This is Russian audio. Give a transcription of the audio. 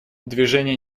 движение